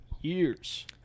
years